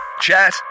Chat